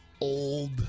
Old